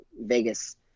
Vegas –